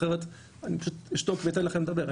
אחרת אני פשוט אשתוק ואתן לכם לדבר.